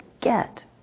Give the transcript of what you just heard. get